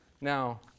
Now